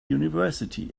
university